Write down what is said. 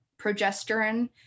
progesterone